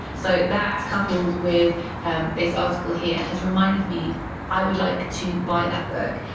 so that coupled with this article here has reminded me i would like to buy that book.